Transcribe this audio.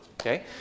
okay